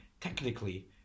technically